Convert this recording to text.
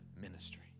ministry